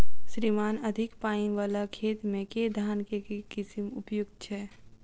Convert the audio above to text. श्रीमान अधिक पानि वला खेत मे केँ धान केँ किसिम उपयुक्त छैय?